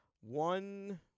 One